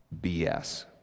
BS